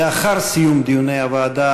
לאחר סיום דיוני הוועדה,